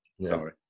Sorry